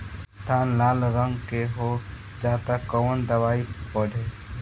धान लाल रंग के हो जाता कवन दवाई पढ़े?